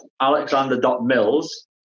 Alexander.mills